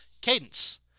Cadence